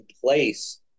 place